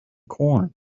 corn